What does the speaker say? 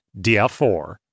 DF4